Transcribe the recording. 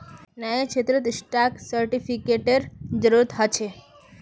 न्यायक्षेत्रत स्टाक सेर्टिफ़िकेटेर जरूरत ह छे